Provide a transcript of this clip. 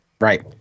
Right